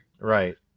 Right